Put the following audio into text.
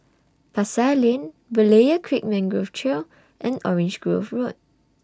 Pasar Lane Berlayer Creek Mangrove Trail and Orange Grove Road